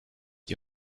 die